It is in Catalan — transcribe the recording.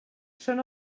són